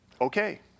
okay